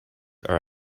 are